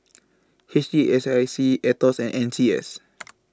H T S C I Aetos and N C S